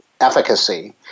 efficacy